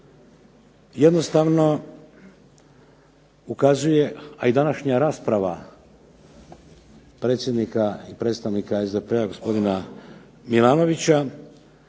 jednostavno ukazuje, a i današnja rasprava predsjednika i predstavnika SDP-a, gospodina Milanovića,